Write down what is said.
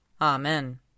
Amen